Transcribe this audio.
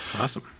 Awesome